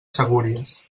segúries